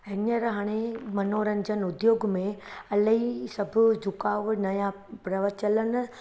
हींअर हाणे मनोरंजनु उद्योग में इलाही सभु झुकाव नया प्रवचलन